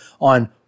on